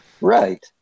Right